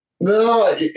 No